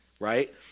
right